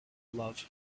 love